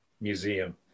Museum